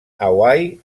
hawaii